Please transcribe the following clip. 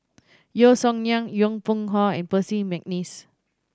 Yeo Song Nian Yong Pung How and Percy McNeice